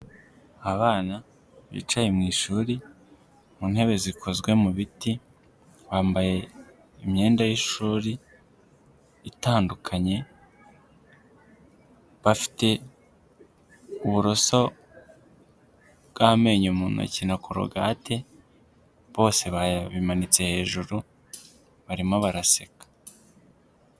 Abana bicaye mu ishuri mu ntebe zikozwe mu biti bambaye imyenda y'ishuri itandukanye, bafite uburoso bw'amenyo mu ntoki na korogate bose babimanitse hejuru barimo baraseka.